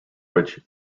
which